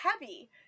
heavy